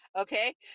okay